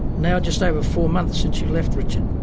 now just over four months since you left, richard.